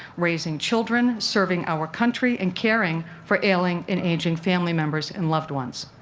raising children, serving our country, and caring for ailing and aging family members and loved ones.